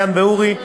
מעיין ואורי,